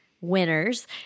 winners